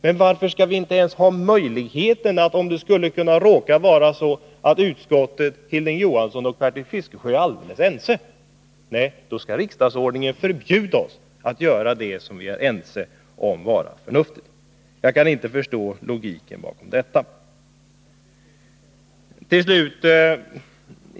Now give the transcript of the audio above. Men varför skall vi inte ens ha möjligheten, om det skulle råka vara så att utskottet, Hilding Johansson och Bertil Fiskesjö är alldeles ense? Nej, då skall riksdagsordningen förbjuda oss att göra det som vi är ense om att betrakta som förnuftigt. Jag kan inte förstå logiken bakom detta.